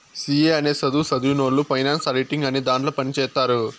C A అనే సధువు సదివినవొళ్ళు ఫైనాన్స్ ఆడిటింగ్ అనే దాంట్లో పని చేత్తారు